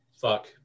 fuck